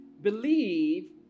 believe